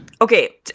Okay